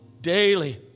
Daily